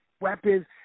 weapons